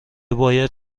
باید